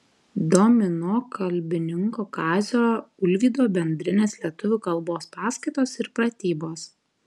domino kalbininko kazio ulvydo bendrinės lietuvių kalbos paskaitos ir pratybos